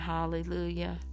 Hallelujah